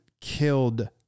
killed